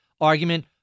argument